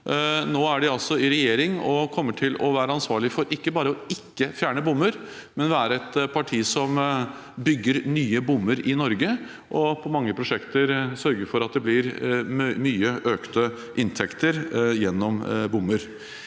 Nå er de altså i regjering og kommer til å være ansvarlig for ikke bare å ikke fjerne bommer, men være et parti som bygger nye bommer i Norge, og i mange prosjekter sørger for at det blir mye økte inntekter gjennom bommer.